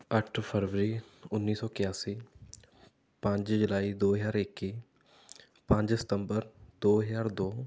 ਅੱਠ ਫਰਵਰੀ ਉੱਨ੍ਹੀ ਸੌ ਇਕਿਆਸੀ ਪੰਜ ਜੁਲਾਈ ਦੋ ਹਜ਼ਾਰ ਇੱਕੀ ਪੰਜ ਸਤੰਬਰ ਦੋ ਹਜ਼ਾਰ ਦੋ